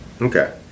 Okay